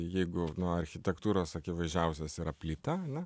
jeigu nuo architektūros akivaizdžiausias yra plytelė